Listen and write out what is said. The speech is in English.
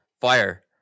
fire